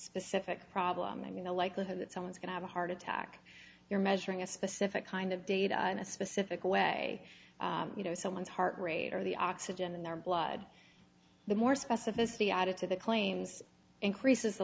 specific problem then you know likelihood that someone's going to have a heart attack you're measuring a specific kind of data in a specific way you know someone's heart rate or the oxygen in their blood the more specificity added to the claims increases the